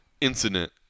incident